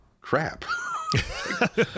crap